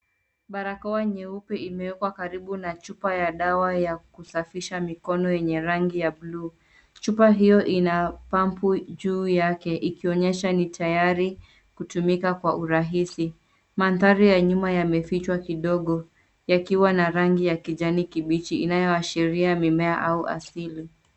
Barakoa nyeupe imeekwa karibu na chupa ya dawa ya kusafisha mikono yenye rangi ya bluu. Chupa hio ina pampu juu yake ikionyesha ni tayari kutumika kwa urahisi. Mandhari ya nyuma yamefichwa kidogo, yakiwa na rangi ya kijani kibichi inayoashiria mimea au asili.